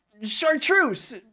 Chartreuse